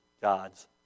God's